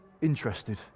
interested